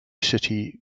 city